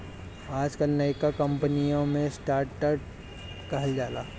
आजकल नयका कंपनिअन के स्टर्ट अप कहल जाला